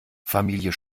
familie